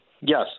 Yes